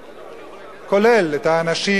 שכולל את האנשים